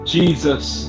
Jesus